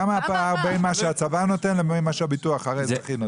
כמה הפער בין מה שהצבא נותן לבין שהביטוח האזרחי נותן?